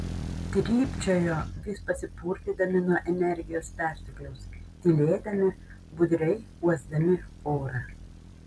trypčiojo vis pasipurtydami nuo energijos pertekliaus tylėdami budriai uosdami orą